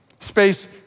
Space